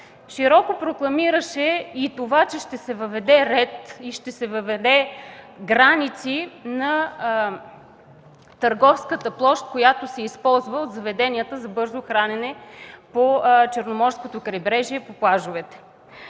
Широко прокламираше и това, че ще се въведе ред и граници на търговската площ, която се използва от заведенията за бързо хранене по Черноморското крайбрежие, по плажовете.